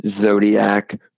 Zodiac